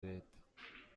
leta